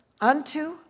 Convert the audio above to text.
unto